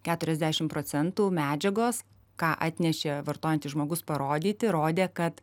keturiasdešim procentų medžiagos ką atnešė vartojantis žmogus parodyti rodė kad